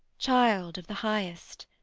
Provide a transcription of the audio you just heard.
child of the highest!